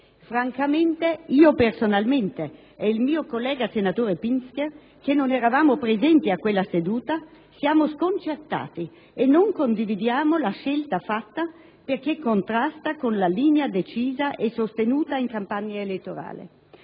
Francamente, io personalmente e il mio collega senatore Pinzger, che non eravamo presenti a quella seduta, siamo sconcertati e non condividiamo la scelta fatta perché contrasta con la linea decisa e sostenuta in campagna elettorale.